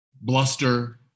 bluster